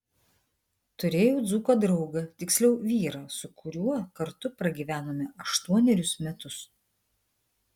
turėjau dzūką draugą tiksliau vyrą su kuriuo kartu pragyvenome aštuonerius metus